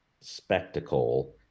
spectacle